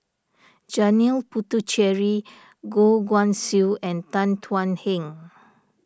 Janil Puthucheary Goh Guan Siew and Tan Thuan Heng